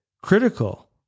critical